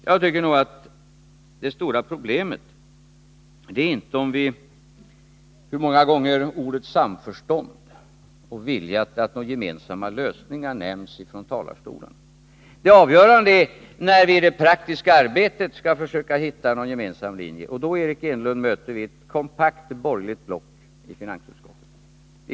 Jag tycker inte att det stora problemet är hur många gånger orden samförstånd och vilja att nå gemensamma lösningar nämns i talarstolarna. Det avgörande är om vi i det praktiska arbetet skall kunna hitta någon gemensam linje. Då har vi, Eric Enlund, mött ett kompakt borgerligt block i finansutskottet.